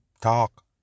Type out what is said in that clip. talk